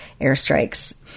airstrikes